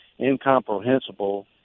incomprehensible